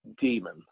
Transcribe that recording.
demon